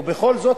ובכל זאת,